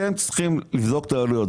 אתם צריכים לבדוק את העלויות,